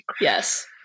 Yes